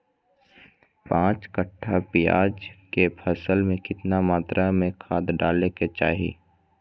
पांच कट्ठा प्याज के फसल में कितना मात्रा में खाद डाले के चाही?